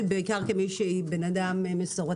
אולי גם ישראל ביתנו.